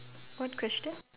what question